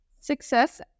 success